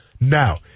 Now